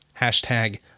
Hashtag